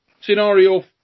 scenario